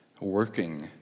working